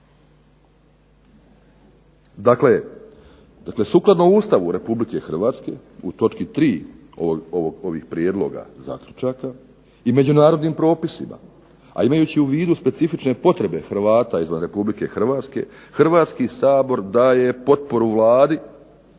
Dakle sukladno Ustavu Republike Hrvatske u točki 3. ovih prijedloga zaključaka, i međunarodnim propisima, a imajući u vidu specifične potrebe Hrvata izvan Republike Hrvatske Hrvatski sabor daje potporu Vladi